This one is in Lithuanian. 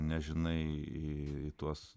nežinai į tuos